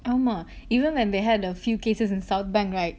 ஆமா:aamaa even when they had a few cases in south bank right